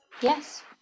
yes